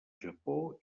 japó